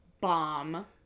bomb